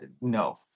no